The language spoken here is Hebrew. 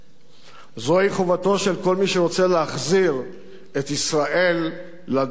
זוהי חובתו של כל מי שרוצה להחזיר את ישראל לדרך הנכונה.